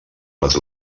les